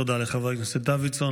תודה לחבר הכנסת דוידסון.